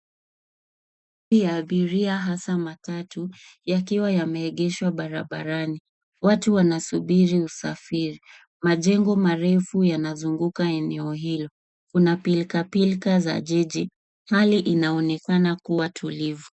Magari ya abiria hasa matatu yakiwa yameegeshwa barabarani .Watu wanasubiri usafiri. Majengo marefu yanazunguka eneo hilo. Kuna pilka pilka za jiji. Hali inaonekana kuwa tulivu.